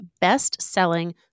best-selling